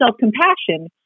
self-compassion